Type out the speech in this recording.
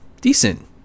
decent